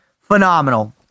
phenomenal